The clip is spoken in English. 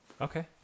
Okay